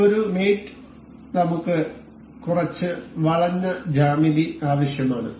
അതിനാൽ ഒരു മേറ്റ് നമുക്ക് കുറച്ച് വളഞ്ഞ ജ്യാമിതി ആവശ്യമാണ്